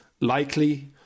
likely